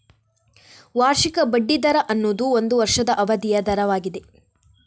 ವಾರ್ಷಿಕ ಬಡ್ಡಿ ದರ ಅನ್ನುದು ಒಂದು ವರ್ಷದ ಅವಧಿಯ ದರವಾಗಿದೆ